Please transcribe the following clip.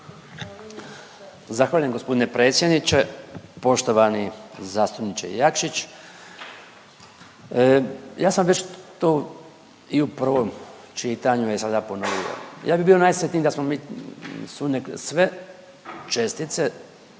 Zahvaljujem gospodine predsjedniče. Poštovani zastupniče Jakšić, ja sam već to i u prvom čitanju, e sada ponovio. Ja bi bio najsretniji da smo mi sve čestice